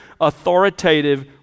authoritative